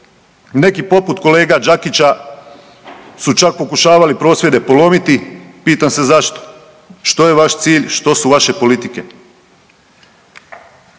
neki poput kolega Đakića su čak pokušavali prosvjede polomiti, pitam se zašto. Što je vaš cilj, što su vaše politike?